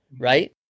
right